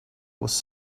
was